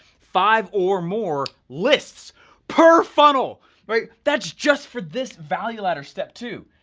five or more lists per funnel right, that's just for this value ladder step two,